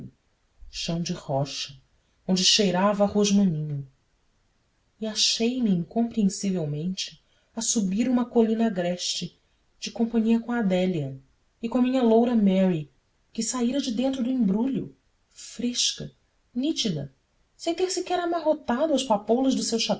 chão de rocha onde cheirava a rosmaninho e achei-me incompreensivelmente a subir uma colina agreste de companhia com a adélia e com a minha loura mary que saíra de dentro do embrulho fresca nítida sem ter sequer amarrotado as papoulas do seu